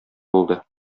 булды